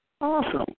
Awesome